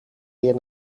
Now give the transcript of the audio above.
weer